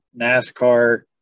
NASCAR